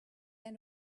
end